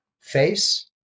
face